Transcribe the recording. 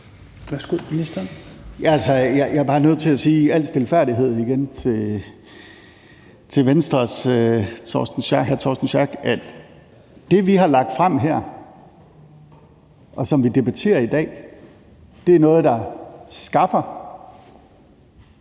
Jeg er bare nødt til igen at sige i al stilfærdighed til Venstres ordfører, hr. Torsten Schack Pedersen, at det, vi har lagt frem her, og som vi debatterer i dag, er noget, der skaffer